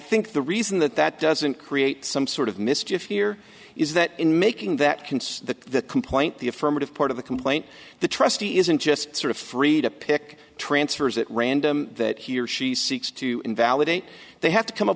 think the reason that that doesn't create some sort of mischief here is that in making that concern the complaint the affirmative part of the complaint the trustee isn't just sort of free to pick transfers at random that he or she seeks to invalidate they have to come up